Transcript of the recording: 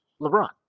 LeBron